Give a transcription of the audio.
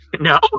no